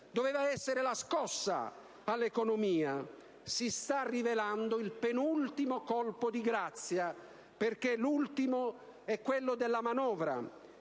Doveva essere la scossa all'economia, invece si sta rivelando il penultimo colpo di grazia, perché l'ultimo è rappresentato dalla manovra